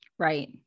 Right